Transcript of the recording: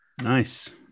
Nice